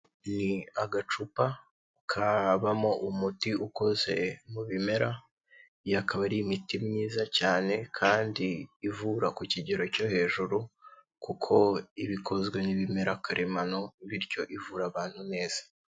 Ni agacupa kabamo umuti ukoze mu bimera iyo akaba ari imiti myiza cyane, kandi ivura ku kigero cyo hejuru kuko iba ikozwe n'ibimera karemano bityo ivura abantu neza.